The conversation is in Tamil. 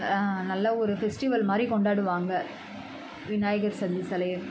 நல்ல ஒரு ஃபெஸ்டிவல் மாதிரி கொண்டாடுவாங்கள் விநாயகர் செல் சிலைய